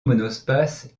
monospace